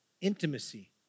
intimacy